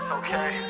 okay